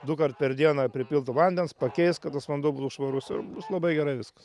dukart per dieną pripilti vandens pakeist kad tas vanduo būtų švarus ir labai gerai viskas